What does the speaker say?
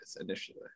initially